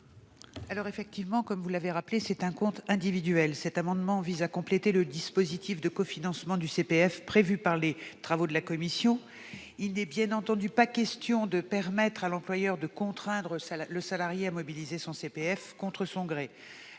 rappelé, ma chère collègue, il s'agit d'un compte individuel. Cet amendement vise à compléter le dispositif de cofinancement du CPF prévu par les travaux de la commission. Il n'est bien entendu pas question de permettre à l'employeur de contraindre le salarié à mobiliser son CPF contre son gré.